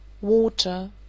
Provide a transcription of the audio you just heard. Water